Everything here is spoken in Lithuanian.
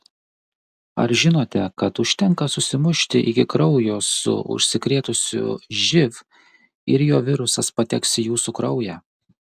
ar žinote kad užtenka susimušti iki kraujo su užsikrėtusiu živ ir jo virusas pateks į jūsų kraują